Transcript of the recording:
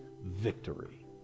victory